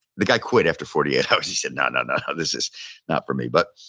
the guy quit after forty eight hours. he said no, no, no, no, this is not for me but